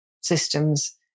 systems